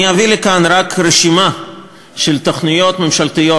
אני אביא לכאן רק רשימה של תוכניות ממשלתיות.